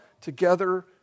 together